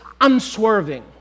unswerving